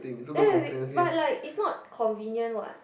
then when we but like is not convenient [what]